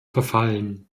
verfallen